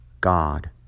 God